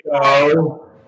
go